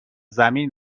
زمین